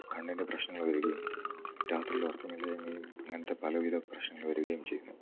കണ്ണിന് പ്രശ്നങ്ങൾ വരുകയും രാത്രിയിൽ ഉറക്കമില്ലായ്മയും അങ്ങനത്തെ പലവിധ പ്രശ്നങ്ങൾ വരുകയും ചെയ്യുന്നു